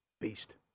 Beast